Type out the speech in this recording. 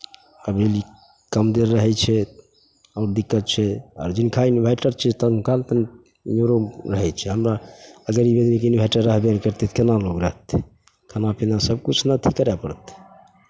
आ बिजली कम देर रहै छै आओर दिक्कत छै आर जिनका इनवर्टर छै तऽ हुनका तऽ अनेरो रहै छै हमरा अगर यानि कि इनवर्टर रहबे नहि करतै तऽ केना लोक रहतै खाना पीना सभकिछु ने अथि करय पड़तै